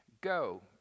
Go